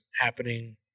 happening